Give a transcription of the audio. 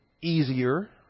easier